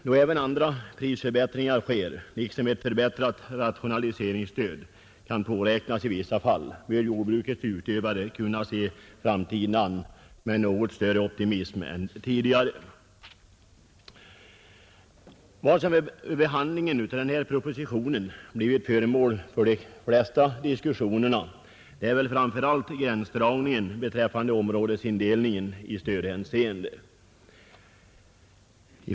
Då även andra prisförbättringar sker liksom ett förbättrat rationaliseringsstöd kan påräknas i vissa fall, bör jordbrukets utövare kunna se framtiden an med något större optimism än tidigare. Vad som vid behandlingen av denna proposition blivit föremål för de flesta diskussionerna är väl framför allt gränsdragningen beträffande områdesindelningen i stödhänseende.